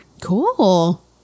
Cool